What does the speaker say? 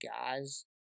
guys